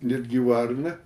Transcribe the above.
netgi varna